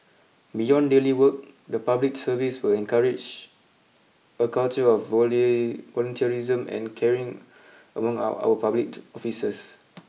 beyond daily work the public service will encourage a culture of volunteerism and caring among our our public officers